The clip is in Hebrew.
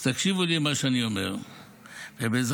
אז תקשיבו למה שאני אומר,